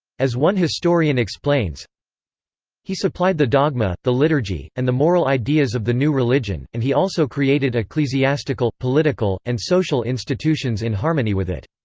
as one historian explains he supplied the dogma, the liturgy, and the moral ideas of the new religion, and he also created ecclesiastical, political, and social institutions in harmony with it.